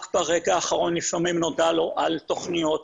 לפעמים רק ברגע האחרון נודע לו על תכניות,